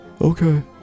Okay